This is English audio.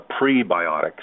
prebiotics